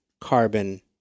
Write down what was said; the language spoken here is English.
carbon